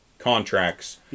contracts